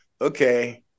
okay